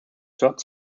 third